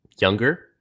younger